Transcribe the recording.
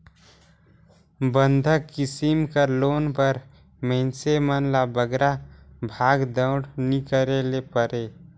बंधक किसिम कर लोन बर मइनसे मन ल बगरा भागदउड़ नी करे ले परे